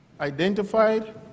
identified